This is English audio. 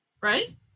Right